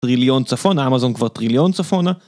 טריליון צפונה, אמזון כבר טריליון צפונה